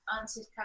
answered